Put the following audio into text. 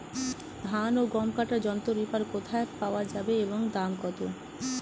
ধান ও গম কাটার যন্ত্র রিপার কোথায় পাওয়া যাবে এবং দাম কত?